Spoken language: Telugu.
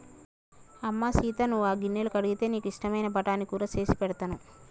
అమ్మ సీత నువ్వు ఆ గిన్నెలు కడిగితే నీకు ఇష్టమైన బఠానీ కూర సేసి పెడతాను